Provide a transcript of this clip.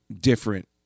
different